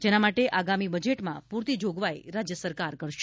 જેના માટે આગામી બજેટમાં પૂરતી જોગવાઈ રાજ્ય સરકાર કરશે